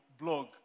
blog